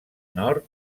nord